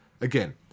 Again